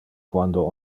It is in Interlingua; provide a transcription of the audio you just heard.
quando